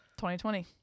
2020